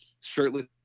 shirtless